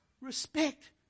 respect